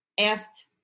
asked